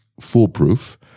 foolproof